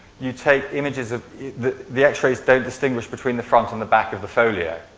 you take images, ah the the x-rays don't distinguish between the front and the back of the folio.